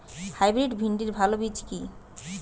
Hybrid ভিন্ডির ভালো বীজ কি?